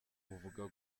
uvuga